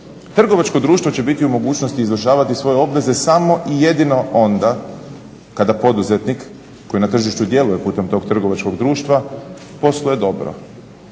Trgovačko društvo će biti u mogućnosti izvršavati svoje obveze samo i jedino onda kada poduzetnik koji na tržištu djeluje putem tog trgovačkog društva posluje dobro,